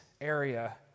area